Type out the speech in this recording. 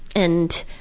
and